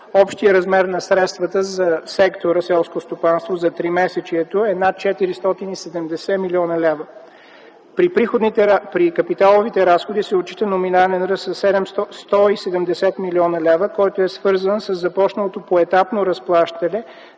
общият размер на средствата за сектора селско стопанство за тримесечието е над 470 млн. лв. При капиталовите разходи се отчита номинален ръст със 170 млн. лв., който е свързан със започналото поетапно разплащане